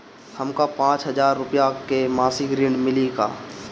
हमका पांच हज़ार रूपया के मासिक ऋण मिली का?